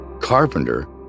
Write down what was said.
Carpenter